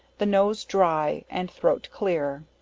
the nose dry, and throat clear.